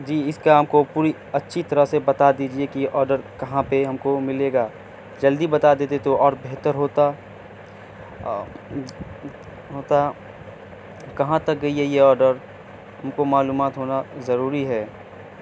جی اس کا ہم کو پوری اچھی طرح سے بتا دیجیے کہ آرڈر کہاں پہ ہم کو ملے گا جلدی بتا دیتے تو اور بہتر ہوتا ہوتا کہاں تک گئی ہے یہ آرڈر ہم کو معلومات ہونا ضروری ہے